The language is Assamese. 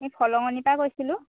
এই পৰা কৈছিলোঁ